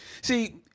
See